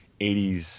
80s